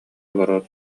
олорор